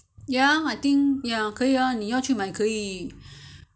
ya I think ya 可以啊你要去买可以